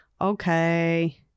Okay